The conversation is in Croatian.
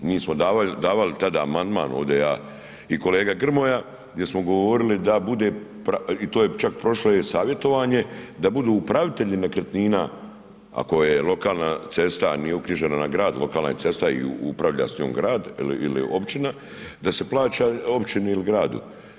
Mi smo davali tada amandman ovdje, ja i kolega Grmoja gdje smo govorili da bude i to je čak prošlo i savjetovanje, da budu upravitelji nekretnina, ako je lokalna cesta, a nije uknjižena na grad, lokalna je cesta i upravlja s njom grad ili općina, da se plaća općini ili gradu.